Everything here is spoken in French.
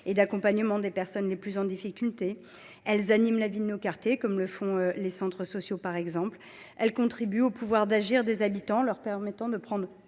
et d’accompagnement des personnes le plus en difficulté. Elles animent la vie de nos quartiers, comme le font par exemple les centres sociaux. Elles contribuent au pouvoir d’agir des habitants en leur permettant de prendre